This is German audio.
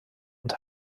und